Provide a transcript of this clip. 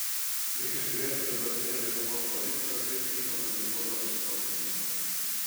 reikia žiūrėti į dabartinę lietuvos politiką kaip į organizuotą nusikalstamumą